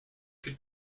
could